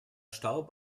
starb